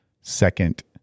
second